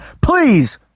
please